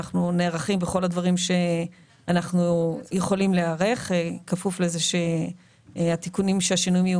אנחנו נערכים בכל הדברים שאנחנו יכולים להיערך בכפוף לכך שהשינויים יהיו